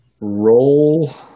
Roll